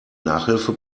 nachhilfe